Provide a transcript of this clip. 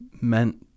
meant